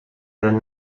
that